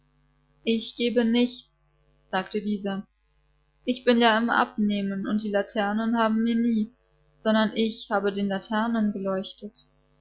ich gebe gar nichts sagte dieser ich bin ja im abnehmen und die laternen haben mir nie sondern ich habe den laternen geleuchtet